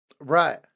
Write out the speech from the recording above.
Right